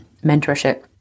mentorship